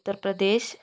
Uttar Pradesh